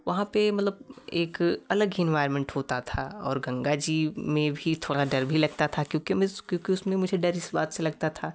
वहाँ पे मतलब एक अलग हिन्वाइरमेंट होता था और गंगा जी में भी थोड़ा डर भी लगता था क्योंकि हमें क्योंकि उसमें मुझे डर इस बात से लगता था